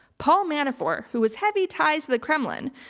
paul manafort who has heavy ties to the kremlin,